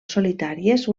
solitàries